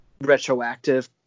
retroactive